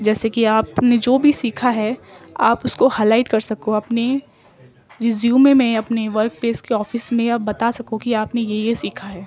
جیسے کہ آپ نے جو بھی سیکھا ہے آپ اس کو ہا لائٹ کر سکو اپنی ریزیومے میں اپنے ورک پلیس کے آفس میں یا بتا سکو کہ آپ نے یہ یہ سیکھا ہے